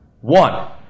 One